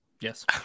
Yes